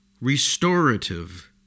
restorative